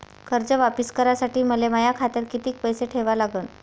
कर्ज वापिस करासाठी मले माया खात्यात कितीक पैसे ठेवा लागन?